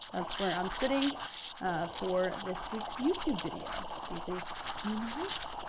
that's where i'm sitting for this week's youtube video. do you see i'm in the light?